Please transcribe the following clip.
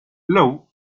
law